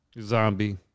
Zombie